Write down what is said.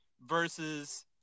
versus